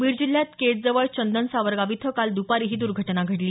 बीड जिल्ह्यात केज जवळ चंदन सावरगाव इथं काल द्रपारी ही दूर्घटना घडली